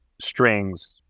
strings